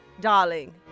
darling